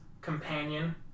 companion